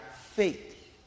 faith